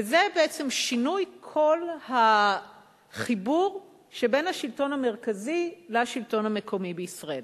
וזה בעצם שינוי כל החיבור שבין השלטון המרכזי לשלטון המקומי בישראל.